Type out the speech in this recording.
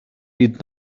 did